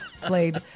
played